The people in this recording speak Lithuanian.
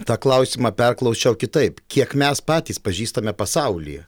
tą klausimą perklausčiau kitaip kiek mes patys pažįstame pasaulį